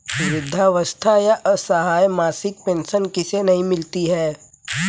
वृद्धावस्था या असहाय मासिक पेंशन किसे नहीं मिलती है?